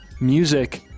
music